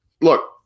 look